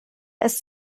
ist